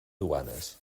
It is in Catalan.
duanes